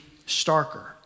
starker